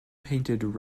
painted